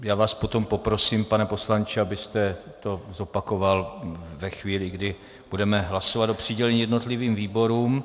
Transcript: Já vás potom poprosím, pane poslanče, abyste to zopakoval ve chvíli, kdy budeme hlasovat o přidělení jednotlivým výborům.